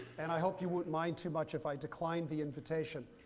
and i hope you wouldn't mind too much if i decline the invitation.